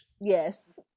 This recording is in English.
Yes